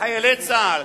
חיילי צה"ל